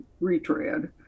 retread